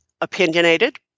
Opinionated